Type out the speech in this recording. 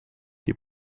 die